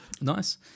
nice